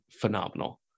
Phenomenal